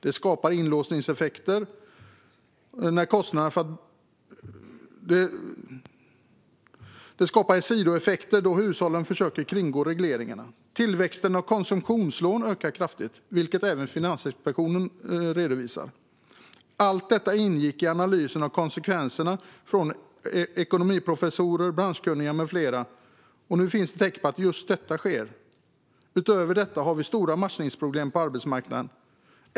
Det skapar sidoeffekter då hushållen försöker kringgå regleringarna. Tillväxten av konsumtionslån ökar kraftigt, vilket även Finansinspektionen redovisar. Allt detta ingick i analysen av konsekvenserna från ekonomiprofessorer, branschkunniga med flera, och nu finns tecken på att just detta sker. Utöver detta har vi stora matchningsproblem på arbetsmarknaden.